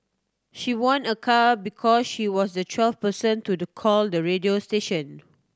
she won a car because she was the twelfth person to the call the radio station